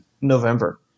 November